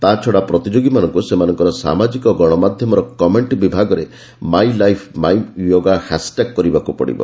ତାଛଡ଼ା ପ୍ରତିଯୋଗୀମାନଙ୍କୁ ସେମାନଙ୍କର ସାମାଜିକ ଗଣମାଧ୍ୟମର କମେଷ୍ଟ ବିଭାଗରେ my life my yoga hashtag କରିବାକୁ ପଡ଼ିବ